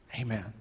Amen